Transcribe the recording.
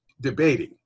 debating